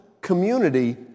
Community